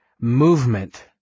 movement